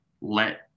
let